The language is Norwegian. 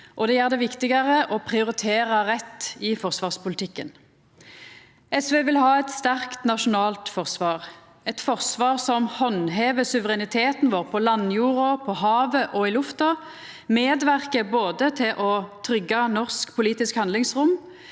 det gjer det viktigare å prioritera rett i forsvarspolitikken. SV vil ha eit sterkt nasjonalt forsvar, eit forsvar som handhevar suvereniteten vår på landjorda, på havet og i lufta, og som medverkar både til å tryggja norsk politisk handlingsrom,